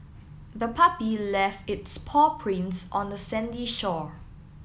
the puppy left its paw prints on the sandy shore